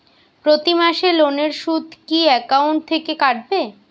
প্রতি মাসে লোনের সুদ কি একাউন্ট থেকে কাটবে?